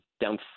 down